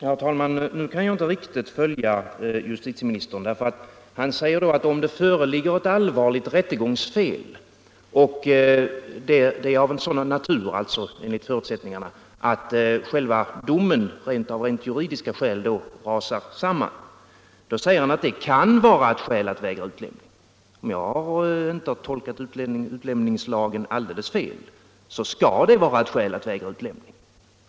Herr talman! Nu kan jag inte riktigt följa justitieministerns resonemang. Han säger att om det föreligger ett allvarligt rättegångsfel och det är av sådan natur att själva domen av rent juridiska skäl rasar samman, så kan detta vara ett skäl att vägra utlämning. Om jag inte har tolkat utlämningslagen alldeles fel så skall det vara ett skäl att vägra utlämning.